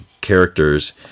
characters